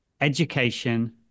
education